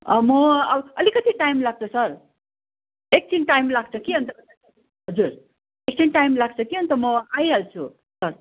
म आउँ अलिकति टाइम लाग्छ सर एकछिन टाइम लाग्छ कि हजुर एकछिन टाइम लाग्छ कि अन्त म आइहाल्छु सर